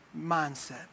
mindset